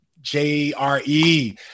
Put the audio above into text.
J-R-E